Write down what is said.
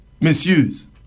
misuse